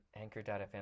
anchor.fm